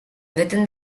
within